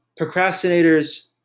Procrastinators